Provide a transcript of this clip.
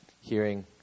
hearing